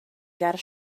ger